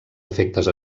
efectes